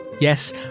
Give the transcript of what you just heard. Yes